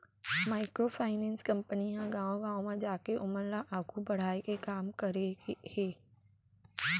micro finance company ह गाँव गाँव म जाके ओमन ल आघू बड़हाय के काम करे हे